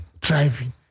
Driving